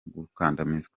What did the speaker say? gukandamizwa